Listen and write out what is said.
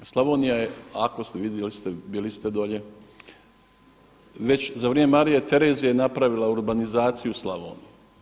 Slavonija je ako ste, vidjeli ste, bili ste dolje, već za vrijeme Marije Terezije je napravila urbanizaciju Slavonije.